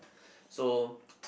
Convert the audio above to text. so